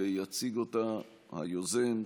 ויציג אותה היוזם,